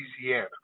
Louisiana